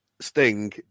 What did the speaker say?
Sting